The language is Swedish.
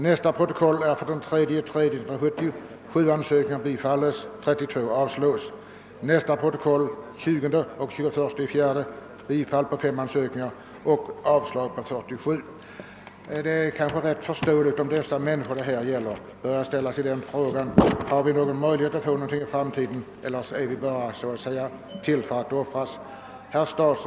Nästa protokoll är av den 3 mars 1970, och där meddelas att 7 ansökningar bifölls medan 32 avslogs, och i protokoll av den 20 och 21 april 1970 står, att 5 ansökningar bifölls och 47 avslogs. Det är kanske rätt förståeligt om de människor det här gäller börjar fråga sig, om de har någon möjlighet att få någonting i framtiden, eller om de bara är till för att så att säga offras.